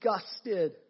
disgusted